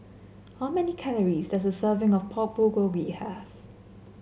how many calories does a serving of Pork Bulgogi have